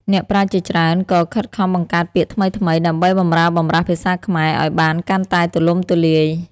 អ្នកប្រាជ្ញជាច្រើនក៏ខិតខំបង្កើតពាក្យថ្មីៗ ដើម្បីបម្រើបម្រាស់ភាសាខ្មែរឱ្យបានកាន់តែទូលំទូលាយ។